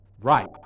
Right